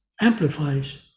amplifies